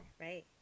Right